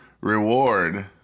reward